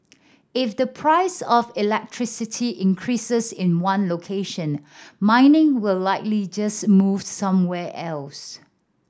if the price of electricity increases in one location mining will likely just move somewhere else